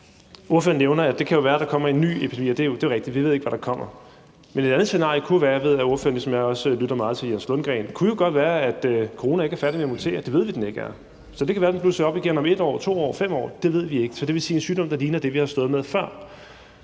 Ordføreren nævner, at det jo kan være, at der kommer en ny epidemi, og det er jo rigtigt. Vi ved ikke, hvad der kommer. Men et andet scenarie kunne være – og jeg ved, at ordføreren ligesom jeg også lytter meget til Jens Lundgren – at corona ikke er færdig med at mutere, det ved vi den ikke er. Så det kan være, den blusser op igen om 1 år, 2 år eller 5 år, det ved vi ikke, og det vil sige, vi kan stå med en sygdom, der ligner det, vi har stået med før.